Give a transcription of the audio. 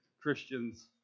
Christians